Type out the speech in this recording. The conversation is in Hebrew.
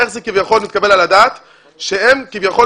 איך זה כביכול מתקבל על הדעת שהם כביכול